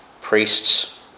priests